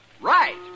Right